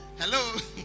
hello